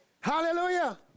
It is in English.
Hallelujah